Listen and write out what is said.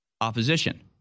opposition